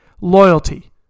Loyalty